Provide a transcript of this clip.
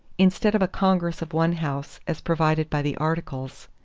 instead of a congress of one house as provided by the articles,